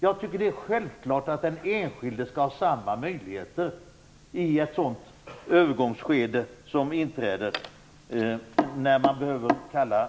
Jag tycker att det är självklart att den enskilde skall ha samma möjligheter i ett sådant övergångsskede som inträder när man behöver en pant.